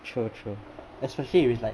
true true especially if it was like